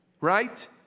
Right